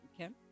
okay